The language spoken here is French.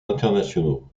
internationaux